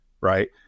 Right